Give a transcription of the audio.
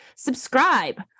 subscribe